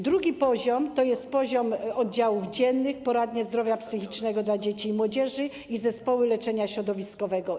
Drugi poziom to jest poziom oddziałów dziennych, poradnie zdrowia psychicznego dla dzieci i młodzieży i zespoły leczenia środowiskowego.